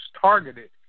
targeted